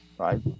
Right